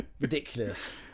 ridiculous